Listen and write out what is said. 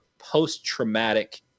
post-traumatic